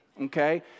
okay